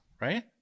right